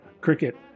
Cricket